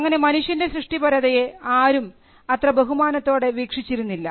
അങ്ങനെ മനുഷ്യൻറെ സൃഷ്ടിപരതയെ ആരും അത്ര ബഹുമാനത്തോടെ വീക്ഷിച്ചിരുന്നില്ല